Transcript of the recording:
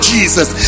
Jesus